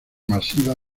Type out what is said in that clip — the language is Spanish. masiva